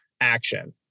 action